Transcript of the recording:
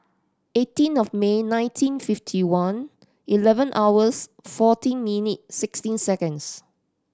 eighteen of May nineteen fifty one eleven hours fourteen minute sixteen seconds